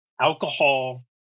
alcohol